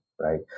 right